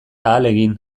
ahalegin